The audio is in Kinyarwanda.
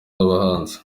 abahanzi